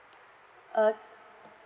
okay